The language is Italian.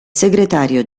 segretario